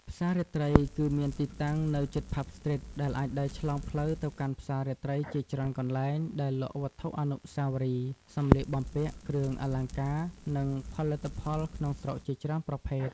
ផ្សាររាត្រី គឺមានទីតាំងនៅជិត ផាប់ ស្ទ្រីត អ្នកអាចដើរឆ្លងផ្លូវទៅកាន់ផ្សាររាត្រីជាច្រើនកន្លែង ដែលលក់វត្ថុអនុស្សាវរីយ៍ សម្លៀកបំពាក់ គ្រឿងអលង្ការ និងផលិតផលក្នុងស្រុកជាច្រើនប្រភេទ។